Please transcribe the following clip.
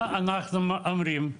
מה אנחנו אומרים?